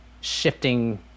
shifting